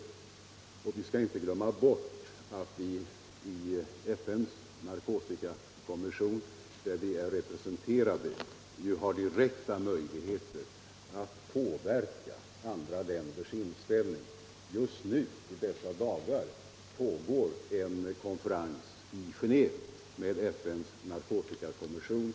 Man skall inte heller glömma bort att vi i FN:s narkotikakommission, där vi är representerade, har direkta möjligheter att påverka andra länders inställning. Just i dessa dagar pågår i Genéve en konferens med FN:s narkotikakommission.